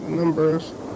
numbers